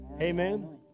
Amen